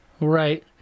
Right